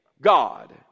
God